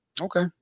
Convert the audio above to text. Okay